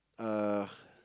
uh